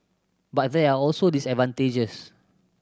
but there are also disadvantages